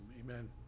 Amen